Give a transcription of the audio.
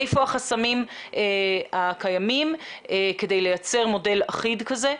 איפה החסמים הקיימים כדי לייצר מודל אחיד כזה.